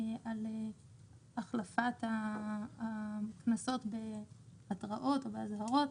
על החלפת הקנסות בהתראות או באזהרות.